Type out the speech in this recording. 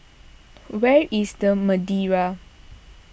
where is the Madeira